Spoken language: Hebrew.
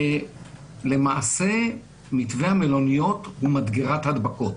למעשה מתווה המלוניות הוא מדגרת הדבקות.